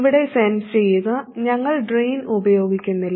ഇവിടെ സെൻസ് ചെയ്യുക ഞങ്ങൾ ഡ്രെയിൻ ഉപയോഗിക്കുന്നില്ല